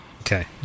Okay